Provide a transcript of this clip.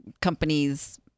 companies